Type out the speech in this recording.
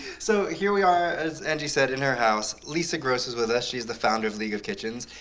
so here we are, as angie said, in her house. lisa gross is with us she is the founder of league of kitchens.